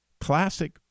classic